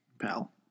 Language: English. pal